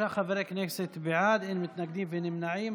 36 חברי כנסת בעד, אין מתנגדים ואין נמנעים.